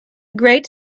great